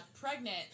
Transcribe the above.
pregnant